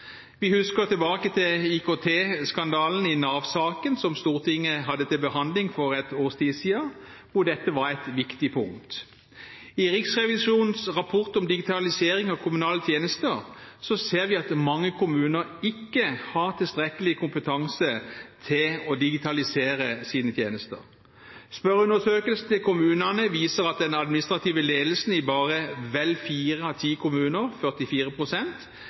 Vi husker tilbake til IKT-skandalen i Nav-saken som Stortinget hadde til behandling for ett års tid siden, hvor dette var et viktig punkt. I Riksrevisjonens rapport om digitalisering av kommunale tjenester ser vi at mange kommuner ikke har tilstrekkelig kompetanse til å digitalisere sine tjenester. Spørreundersøkelsen til kommunene viser at den administrative ledelsen i bare vel fire av ti kommuner,